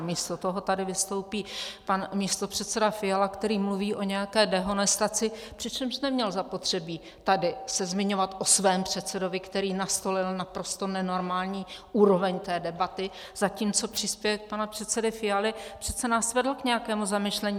Místo toho tady vystoupí pan místopředseda Fiala, který mluví o nějaké dehonestaci, přičemž neměl zapotřebí tady se zmiňovat o svém předsedovi, který nastolil naprosto nenormální úroveň té debaty, zatímco příspěvek pana předsedy Fialy přece nás vedl k nějakému zamyšlení.